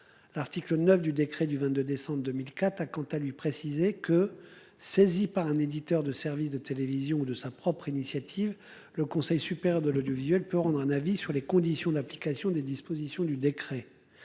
L'article 9 du décret du 22 décembre 2004 a quant à lui précisé que saisie par un éditeur de services de télévision ou de sa propre initiative. Le Conseil supérieur de l'audiovisuel peut rendre un avis sur les conditions d'application des dispositions du décret.